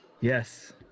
Yes